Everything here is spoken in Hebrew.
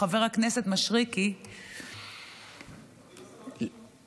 חבר הכנסת משריקי, הוא לא פה.